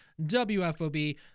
WFOB